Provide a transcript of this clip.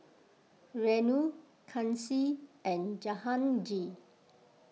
Renu Kanshi and Jahangir